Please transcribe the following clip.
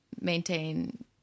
maintain